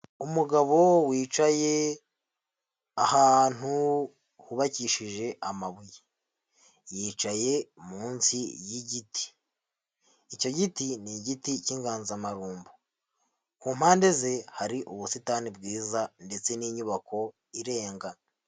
Umugabo wicaye ahantu hubakishije amabuye, yicaye munsi y'igiti, icyo giti ni igiti k'inganzamarumbo, ku mpande ze hari ubusitani bwiza ndetse n'inyubako irenga.